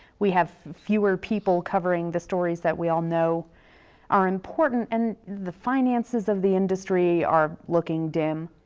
we have fewer people covering the stories that we all know are important. and the finances of the industry are looking dim.